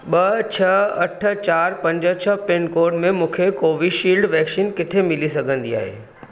ॿ छह अठ चारि पंज छह पिनकोड में मूंखे कोवीशील्ड वैक्सीन किथे मिली सघंदी आहे